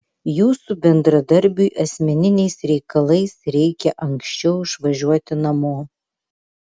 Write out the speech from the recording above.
jūsų bendradarbiui asmeniniais reikalais reikia anksčiau išvažiuoti namo